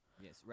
Yes